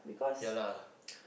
ya lah